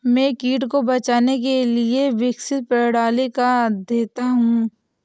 मैं कीट को पहचानने के लिए विकसित प्रणाली का अध्येता हूँ